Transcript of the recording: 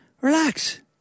relax